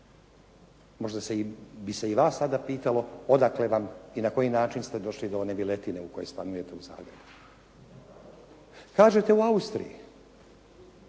možda bi se i vas tada pitalo odakle vam i na koji način ste došli do one viletine u kojoj stanujete u Zagrebu. Kažete u Austriji,